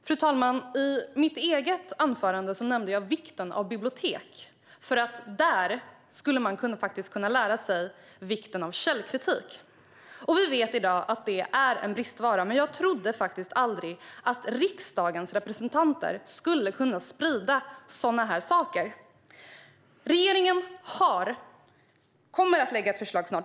Fru talman! I mitt eget anförande nämnde jag vikten av bibliotek. Där skulle man nämligen kunna lära sig vikten av källkritik. Vi vet i dag att det är en bristvara, men jag trodde faktiskt aldrig att riksdagens representanter skulle kunna sprida sådana här saker. Regeringen kommer snart att lägga fram ett förslag.